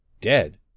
Dead